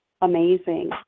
amazing